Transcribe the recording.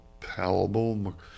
palatable